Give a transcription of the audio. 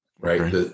right